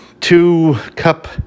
two-cup